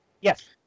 Yes